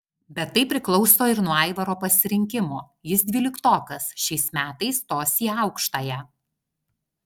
bet tai priklauso ir nuo aivaro pasirinkimo jis dvyliktokas šiais metais stos į aukštąją